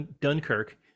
Dunkirk